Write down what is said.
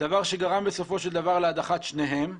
דבר שגרם בסופו של דבר להדחת שניהם.